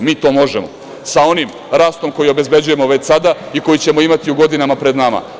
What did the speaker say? Mi to možemo, sa onim rastom koji obezbeđujemo već sada i koji ćemo imati u godinama pred nama.